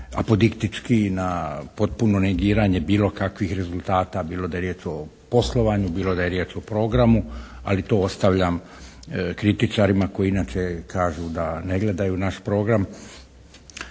na potpuno negiranje bilo kakvih rezultata bilo da je riječ o poslovanju, bilo da je riječ o programu ali to ostavljam kritičarima koji inače kažu da ne gledaju naš program